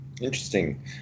interesting